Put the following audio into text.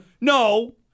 No